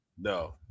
no